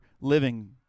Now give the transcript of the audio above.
living